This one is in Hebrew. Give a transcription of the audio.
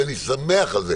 ואני שמח על זה,